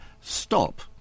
stop